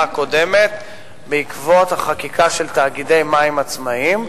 הקודמת בעקבות החקיקה של תאגידי מים עצמאיים.